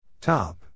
Top